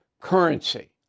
currency